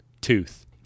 tooth